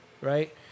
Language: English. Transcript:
right